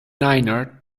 niner